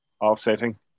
offsetting